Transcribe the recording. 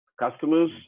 Customers